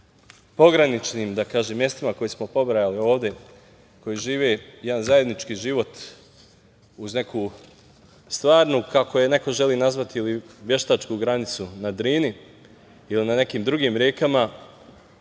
pograničnim mestima koje smo pobrojali ovde, koji žive jedan zajednički život uz neku stvarnu, kako je neko želi nazvati ili veštačku granicu na Drini ili na nekim drugim rekama,